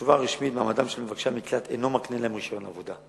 התשובה הרשמית: מעמדם של מבקשי המקלט אינו מקנה להם רשיון עבודה.